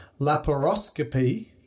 laparoscopy